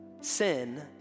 sin